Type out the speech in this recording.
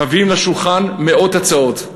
מביאים לשולחן מאות הצעות.